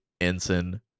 ensign